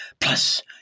Plus